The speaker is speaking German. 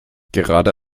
gerade